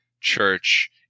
church